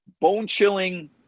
bone-chilling